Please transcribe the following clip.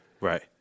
Right